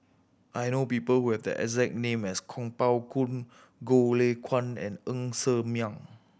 I know people who have the exact name as Kuo Pao Kun Goh Lay Kuan and Ng Ser Miang